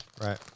Right